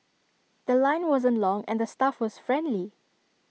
The Line wasn't long and the staff was friendly